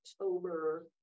October